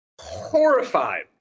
Horrified